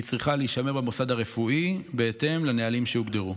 היא צריכה להישמר במוסד הרפואי בהתאם לנהלים שהוגדרו.